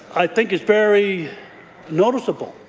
i think is very noticeable.